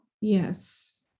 Yes